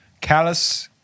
callous